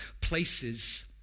places